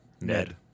Ned